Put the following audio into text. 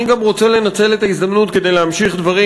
אני גם רוצה לנצל את ההזדמנות כדי להמשיך דברים